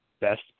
best